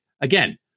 again